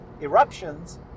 eruptions